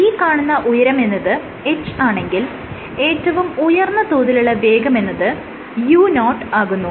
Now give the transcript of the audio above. ഈ കാണുന്ന ഉയരമെന്നത് h ആണെങ്കിൽ ഏറ്റവും ഉയർന്ന തോതിലുള്ള വേഗമെന്നത് u0 ആകുന്നു